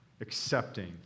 accepting